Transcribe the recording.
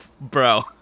bro